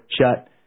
shut